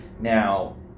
Now